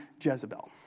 Jezebel